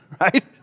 right